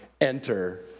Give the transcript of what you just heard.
enter